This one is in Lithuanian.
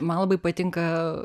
man labai patinka